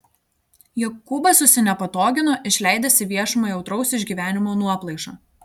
jokūbas susinepatogino išleidęs į viešumą jautraus išgyvenimo nuoplaišą